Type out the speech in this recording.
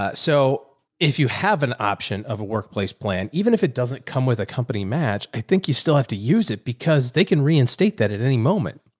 ah so if you have an option of a workplace plan, even if it doesn't come with a company match, i think you still have to use it because they can reinstate that at any moment.